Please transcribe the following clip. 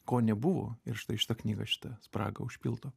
ko nebuvo ir štai šita knyga šitą spragą užpildo